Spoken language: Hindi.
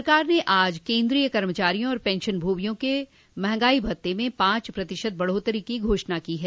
सरकार ने आज केन्द्रीय कर्मचारियों और पेशनभोगियों के महंगाई भत्ते में पांच प्रतिशत बढ़ोतरी की घोषणा की है